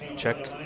check,